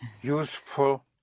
useful